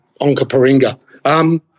Onkaparinga